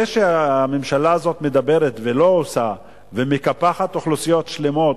זה שהממשלה הזאת מדברת ולא עושה ומקפחת אוכלוסיות שלמות,